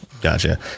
Gotcha